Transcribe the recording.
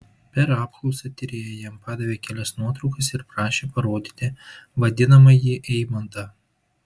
per apklausą tyrėja jam padavė kelias nuotraukas ir prašė parodyti vadinamąjį eimantą